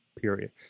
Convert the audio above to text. period